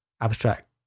abstract